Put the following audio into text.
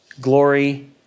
glory